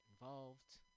involved